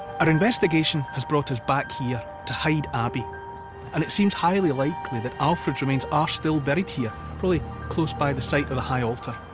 our investigation has brought us back here to hyde abbey and it seems highly likely that alfred's remains are still buried here, probably close by the site of the high altar.